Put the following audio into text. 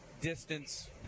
distance